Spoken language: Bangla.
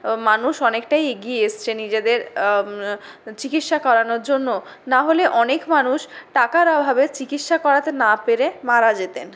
মানুষ অনেকটাই এগিয়ে এসেছে নিজেদের চিকিৎসা করানোর জন্য না হলে অনেক মানুষ টাকার অভাবে চিকিৎসা করাতে না পেরে মারা যেতেন